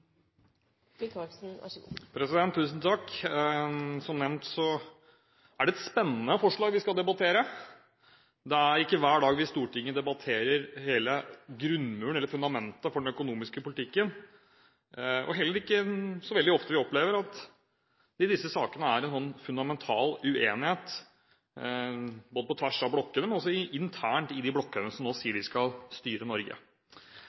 ikke hver dag vi i Stortinget debatterer hele grunnmuren eller fundamentet for den økonomiske politikken, og heller ikke så veldig ofte vi opplever at det i disse sakene er en sånn fundamental uenighet både på tvers av blokkene og internt i de blokkene som nå sier de skal styre Norge.